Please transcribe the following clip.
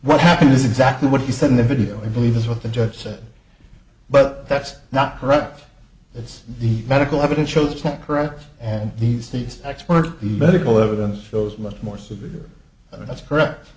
what happened is exactly what he said in the video i believe that's what the judge said but that's not correct it's the medical evidence shows it's not correct and these these expert medical evidence shows much more severe that's correct